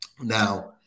Now